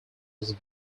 was